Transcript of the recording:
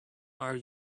are